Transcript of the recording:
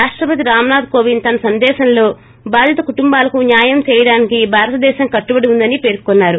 రాష్టపతి రామ్నాథ్ కోవింద్ తన సందేశంలో బాధిత కుటుంబాలకు న్యాయం చేయడానికి భారతదేశం కట్లుబడి ఉందని పర్కొన్నారు